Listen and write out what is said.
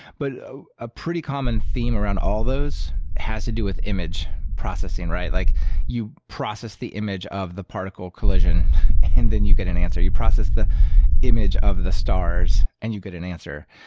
but a ah pretty common theme around all those has to do with image processing. like you process the image of the particle collision and then you get an answer. you process the image of the stars and you get an answer.